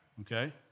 okay